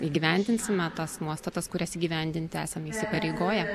įgyvendinsime tas nuostatas kurias įgyvendinti esam įsipareigoję